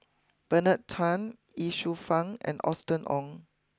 Bernard Tan Ye Shufang and Austen Ong